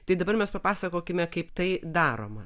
tai dabar mes papasakokime kaip tai daroma